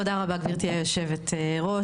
תודה רבה לך גברתי יושבת הראש.